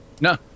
No